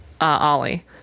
Ollie